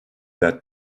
that